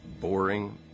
boring